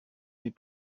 mes